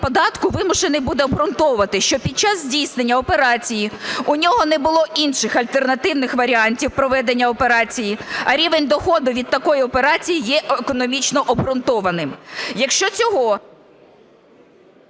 податку вимушений буде обґрунтовувати, що під час здійснення операції у нього не було інших альтернативних варіантів проведення операції, а рівень доходу від такої операції є економічно обґрунтованим.